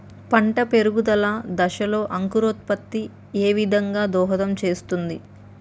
పంట పెరుగుదల దశలో అంకురోత్ఫత్తి ఏ విధంగా దోహదం చేస్తుంది?